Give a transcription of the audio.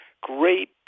great